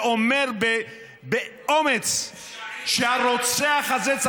ואומר באומץ שהרוצח הזה,